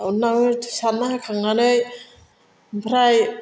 दाउनो सारना होखांनानै ओमफ्राय